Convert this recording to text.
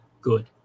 good